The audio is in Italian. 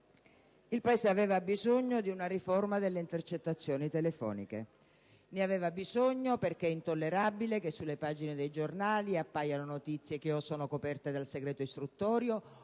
il Paese aveva bisogno di una riforma delle intercettazioni telefoniche. Ne aveva bisogno perché è intollerabile che sulle pagine dei giornali appaiano notizie che o sono coperte dal segreto istruttorio